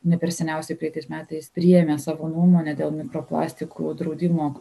ne per seniausiai praeitais metais priėmė savo nuomonę dėl mikroplastikų draudimo